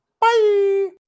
bye